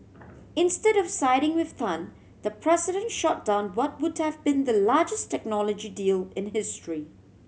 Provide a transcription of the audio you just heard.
instead of siding with Tan the president shot down what would have been the largest technology deal in history